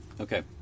Okay